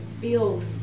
feels